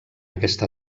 aquesta